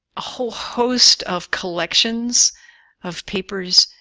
a whole host of collections of papers,